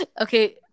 Okay